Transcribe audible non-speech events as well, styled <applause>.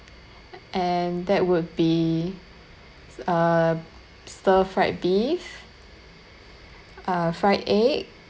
<breath> and that would be uh stir fried beef uh fried egg